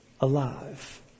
alive